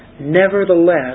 Nevertheless